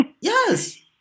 yes